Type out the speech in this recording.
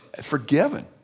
forgiven